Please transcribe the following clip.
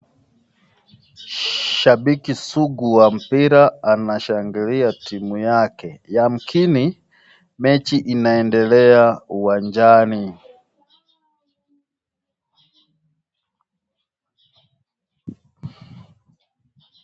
Shabiki sugu wa mpira anashangilia timu yake. Yamkini, mechi inaendelea uwanjani.